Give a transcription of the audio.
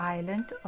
Island